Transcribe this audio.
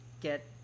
get